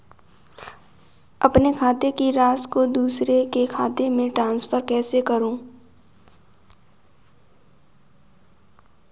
अपने खाते की राशि को दूसरे के खाते में ट्रांसफर कैसे करूँ?